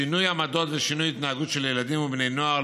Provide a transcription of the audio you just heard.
שינוי עמדות ושינוי התנהגות של ילדים ובני נוער,